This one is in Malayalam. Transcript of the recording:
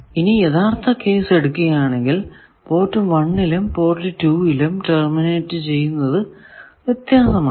ഇനി യഥാർത്ഥ കേസ് എടുക്കുകയാണെങ്കിൽ പോർട്ട് 1 ലും പോർട്ട് 2 ലും ടെർമിനേറ്റ് ചെയ്യുന്നതു വ്യത്യസ്തമായാണ്